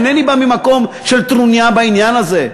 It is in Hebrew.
אינני בא ממקום של טרוניה בעניין הזה,